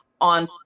on